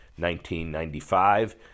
1995